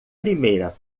primeira